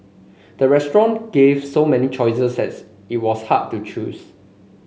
the restaurant gave so many choices that it was hard to choose